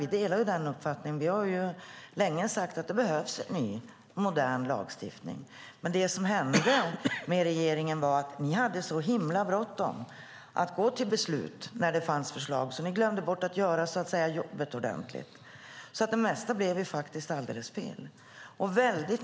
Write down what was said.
Vi håller med om och har länge sagt att det behövs en ny, modern lagstiftning. Men det som hände var att ni hade så himla bråttom att gå till beslut när det fanns ett förslag, så ni glömde bort att göra jobbet ordentligt. Det mesta blev därför helt fel.